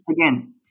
again